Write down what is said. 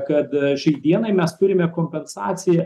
kad šiai dienai mes turime kompensaciją